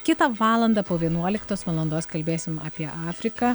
kitą valandą po vienuoliktos valandos kalbėsim apie afriką